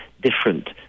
different